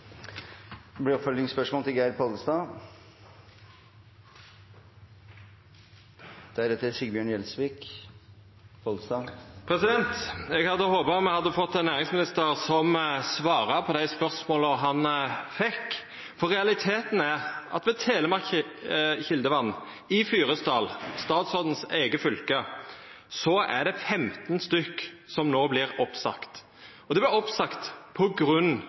Geir Pollestad – til oppfølgingsspørsmål. Eg hadde håpa at me hadde fått ein næringsminister som svarar på dei spørsmåla han får. Realiteten er at ved Telemark Kildevann i Fyresdal, i statsrådens eige fylke, er det femten stykk som no vert oppsagde. Dei vert oppsagde på grunn